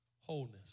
wholeness